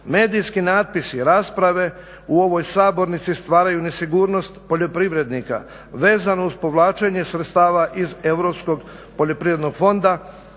medijski natpisi, rasprave u ovoj sabornici stvaraju nesigurnost poljoprivrednika vezano uz povlačenje sredstava iz Europskog poljoprivrednog fonda